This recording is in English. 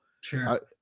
Sure